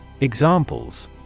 Examples